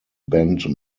bent